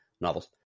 Novels